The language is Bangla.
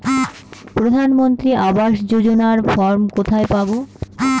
প্রধান মন্ত্রী আবাস যোজনার ফর্ম কোথায় পাব?